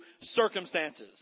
circumstances